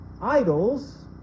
idols